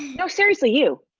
you know seriously you.